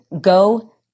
go